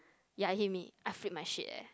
ya he mean I flip my shit eh